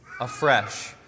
afresh